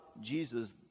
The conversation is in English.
Jesus